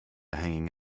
hanging